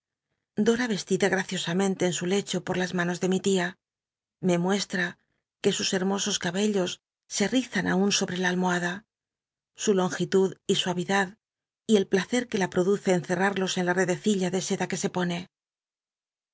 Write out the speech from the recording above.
dora vestida graciosamcnlc en u l rho por las manos de mi tia me muestra que u hermosos cabellos se rizan aun sohr'c la almohada u longitud y suavidad y el placer que la pr'oduce encerrarlos en la edecilla de seda que se pone